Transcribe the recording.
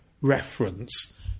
reference